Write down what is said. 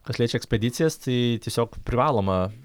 kas liečia ekspedicijas tai tiesiog privaloma